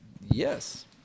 yes